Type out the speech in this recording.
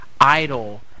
idle